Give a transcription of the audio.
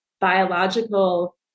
biological